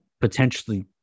potentially